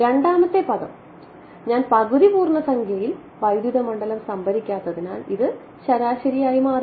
രണ്ടാമത്തെ പദം ഞാൻ പകുതി പൂർണ്ണസംഖ്യയിൽ വൈദ്യുത മണ്ഡലം സംഭരിക്കാത്തതിനാൽ ഇത് ശരാശരിയായി മാറിയോ